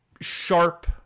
sharp